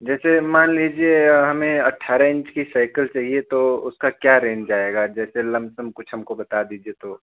जैसे मान लीजिए हमें अट्ठारह इंच की साइकल चाहिए तो उसका क्या रेंज आएगा जैसे लंप सम कुछ हमको बता दीजिए तो